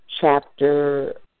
chapter